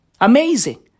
Amazing